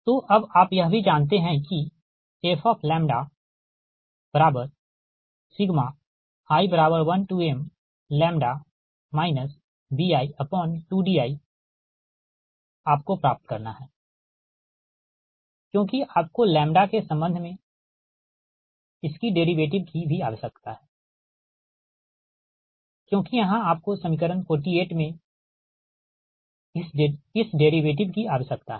तो अब आप यह भी जानते हैं कि fi1mλ bi2di आपको प्राप्त करना है क्योंकि आपको के संबंध में इसकी डेरीवेटिव की भी आवश्यकता है क्योंकि यहां आपको समीकरण 48 में इस डेरीवेटिव की आवश्यकता है